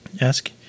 Ask